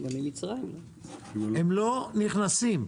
הם לא נכנסים.